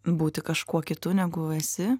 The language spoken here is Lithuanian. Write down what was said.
būti kažkuo kitu negu esi